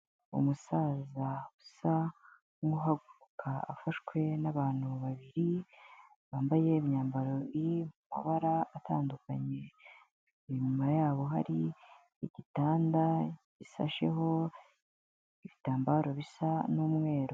Umusaza usa nkuhaguruka afashwe n'abantu babiri, bambaye imyambaro iri mu amabara atandukanye, inyuma yabo hari igitanda gisasheho ibitambaro bisa n'umweru.